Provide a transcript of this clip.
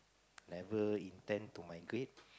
never intend to migrate